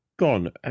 Gone